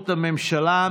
306,